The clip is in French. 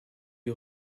lui